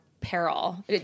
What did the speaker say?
peril